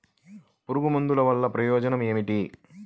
పురుగుల మందుల వల్ల ప్రయోజనం ఏమిటీ?